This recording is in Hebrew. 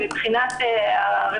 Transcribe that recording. עם משרד המשפטים,